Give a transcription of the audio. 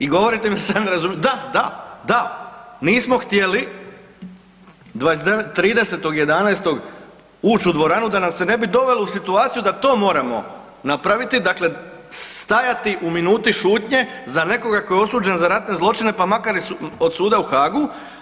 I govorite mi da se ja ne razumijem, da, da, da, nismo htjeli 30.11. ući u dvoranu da nas se ne bi dovelo u situaciju da to moramo napraviti, dakle stajati u minuti šutnje za nekoga tko je osuđen za ratne zločine pa makar i od suda u Haagu.